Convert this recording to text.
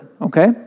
okay